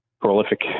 prolific